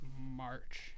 March